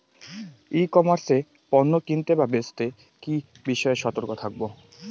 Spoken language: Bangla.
ই কমার্স এ পণ্য কিনতে বা বেচতে কি বিষয়ে সতর্ক থাকব?